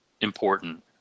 important